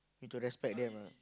need to respect them ah